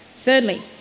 Thirdly